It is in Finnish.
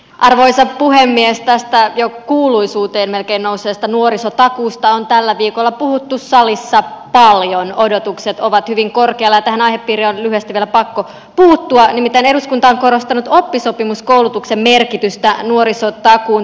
arvoisa puhemies tästä jo kuuluisuuteen melkein nousseesta nuorisotakuusta on tällä viikolla puhuttu salissa päällion odotukset ovat hyvin korkealla tähän aihepiiri on lyhyesti ja pakko puuttua nimittäin eduskunta on estänyt lappi sopimuskoulutuksen merkitystään nuorisotakuun